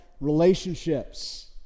relationships